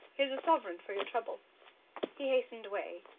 here's a sovereign for your trouble he hastened away.